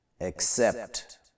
accept